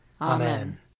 Amen